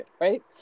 right